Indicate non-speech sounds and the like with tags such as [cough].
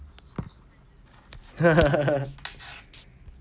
[laughs]